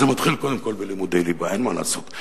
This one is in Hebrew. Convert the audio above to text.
זה מתחיל קודם כול בלימודי ליבה, אין מה לעשות.